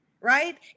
right